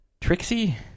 Trixie